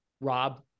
Rob